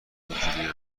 اینجورین